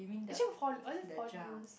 actually Holl~ was it Four Leaves